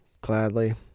Gladly